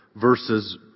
versus